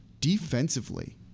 defensively